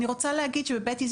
אני רוצה להגיד שבבית איזי